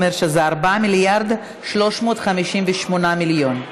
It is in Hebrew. אומר שזה 4.358 מיליארד.